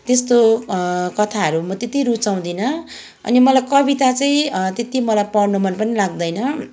त्यस्तो कथाहरू म त्यति रुचाउँदिनँ अनि मलाई कविता चाहिँ त्यति मलाई पढ्नु मन पनि लाग्दैन